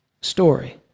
story